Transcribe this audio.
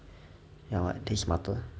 ya what they smarter